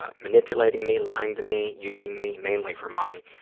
ah manipulating me, lying to me, using me, mainly for money,